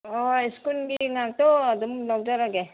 ꯍꯣꯏ ꯁ꯭ꯀꯨꯜꯒꯤ ꯉꯥꯛꯇ ꯑꯗꯨꯝ ꯂꯧꯖꯔꯒꯦ